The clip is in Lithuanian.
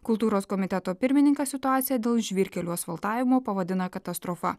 kultūros komiteto pirmininkas situaciją dėl žvyrkelių asfaltavimo pavadina katastrofa